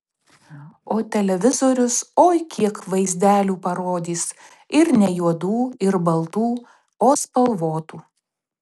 o televizorius oi kiek vaizdelių parodys ir ne juodų ir baltų o spalvotų